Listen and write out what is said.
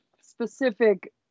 specific